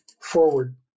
forward